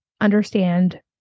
understand